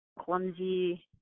clumsy